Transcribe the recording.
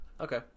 Okay